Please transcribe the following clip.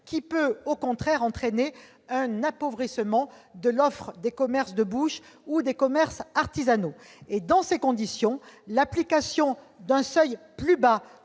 qui peut, au contraire, entraîner un appauvrissement de l'offre de commerces de bouche ou des commerces artisanaux. Dans ces conditions, l'application d'un seuil plus bas,